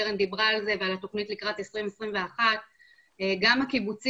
קרן דיברה על זה ועל התכנית לקראת 2021. גם הקיבוצים,